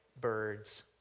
bird's